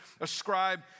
ascribe